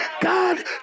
God